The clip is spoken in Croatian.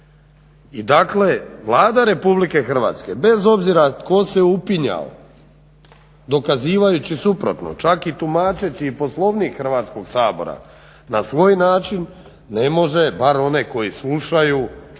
sabora i Vlada RH bez obzira tko se upinjao dokazivajući suprotno čak i tumačeći Poslovnik Hrvatskog sabora na svoj način, ne može bar oni koji slušaju i